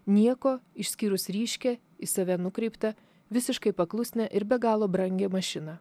nieko išskyrus ryškią į save nukreiptą visiškai paklusnią ir be galo brangią mašiną